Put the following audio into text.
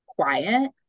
quiet